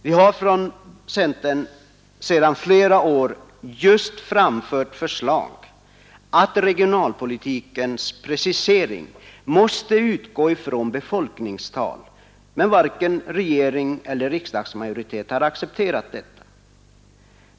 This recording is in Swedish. Vi har från centern sedan flera år just framfört förslag om att regionalpolitikens precisering måste utgå från befolkningsramar, men varken regering eller riksdagsmajoritet har accepterat detta.